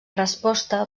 resposta